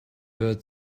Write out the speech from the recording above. bird